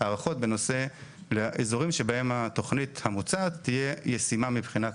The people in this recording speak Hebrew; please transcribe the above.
הערכות בנושא אזורים שבהם התכנית המוצעת תהיה ישימה מבחינה כלכלית,